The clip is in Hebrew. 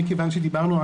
מכיוון שדיברנו,